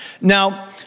Now